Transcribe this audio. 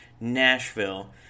Nashville